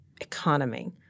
economy